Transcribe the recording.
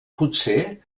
potser